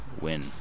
win